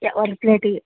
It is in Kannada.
ಯ ಒಂದು ಪ್ಲೇಟಿಗೆ